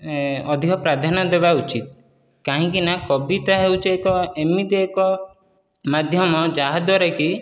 ଅଧିକ ପ୍ରାଧାନ୍ୟ ଦେବା ଉଚିତ କାହିଁକି ନା କବିତା ହେଉଛି ଏକ ଏମିତି ଏକ ମାଧ୍ୟମ ଯାହା ଦ୍ଵାରା କି